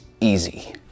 easy